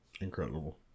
Incredible